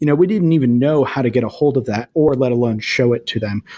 you know we didn't even know how to get ahold of that, or let alone show it to them,